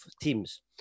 teams